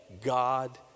God